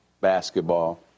basketball